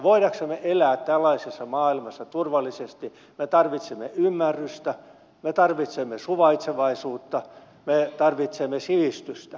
voidaksemme elää tällaisessa maailmassa turvallisesti me tarvitsemme ymmärrystä me tarvitsemme suvaitsevaisuutta me tarvitsemme sivistystä